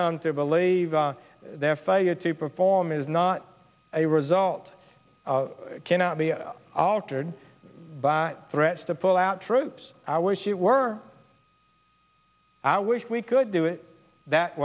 are believe their failure to perform is not a result cannot be altered by threats to pull out troops i wish it were i wish we could do it that